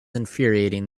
infuriating